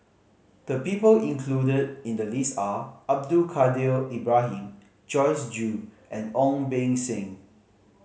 the people included in the list are Abdul Kadir Ibrahim Joyce Jue and Ong Beng Seng